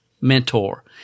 mentor